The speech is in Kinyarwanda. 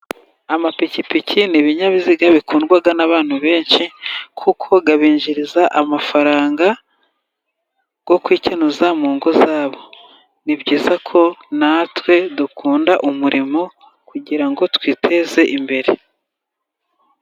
Amapikipiki ni ibinyabiziga bikundwa n'abantu benshi, kuko abinjiriza amafaranga yo kwikenuza mu ngo zabo. Ni byiza ko na twe dukunda umurimo kugira ngo twiteze imbere.